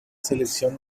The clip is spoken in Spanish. selección